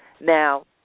Now